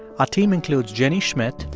our team includes jenny schmidt,